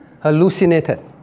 Hallucinated